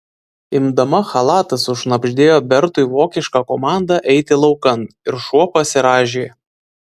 imdama chalatą sušnabždėjo bertui vokišką komandą eiti laukan ir šuo pasirąžė